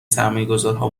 سرمایهگذارها